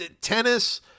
tennis